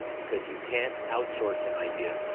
because you can't out-source an idea,